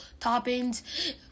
toppings